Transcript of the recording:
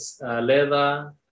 leather